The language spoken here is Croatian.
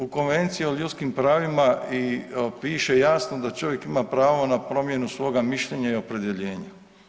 U Konvenciji o ljudskim pravima piše jasno da čovjek ima pravo na promjenu svoga mišljenja i opredjeljenja.